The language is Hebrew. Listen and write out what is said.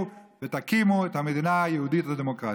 ותקימו את המדינה היהודית והדמוקרטית.